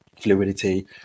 fluidity